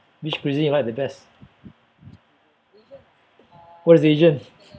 which cuisine you like the best what is asian